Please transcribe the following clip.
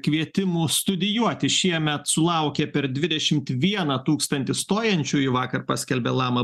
kvietimų studijuoti šiemet sulaukė per dvidešimt vieną tūkstantį stojančiųjų vakar paskelbė lama